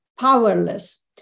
powerless